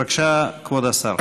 בבקשה, כבוד השר.